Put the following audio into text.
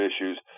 issues